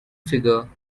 figure